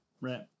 right